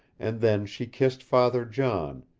and then she kissed father john,